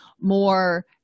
more